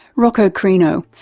rocco crino,